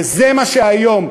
וזה מה שהיום,